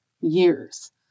years